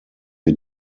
wir